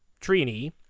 Trini